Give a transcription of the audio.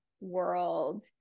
world